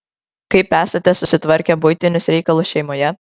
kaip esate susitvarkę buitinius reikalus šeimoje